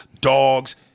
dogs